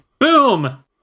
boom